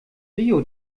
rio